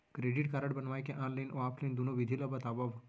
Credit card बनवाए के online अऊ ऑफलाइन दुनो विधि ला बतावव?